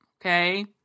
okay